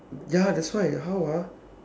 ya that's why how ah